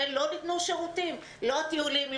לא טיולים,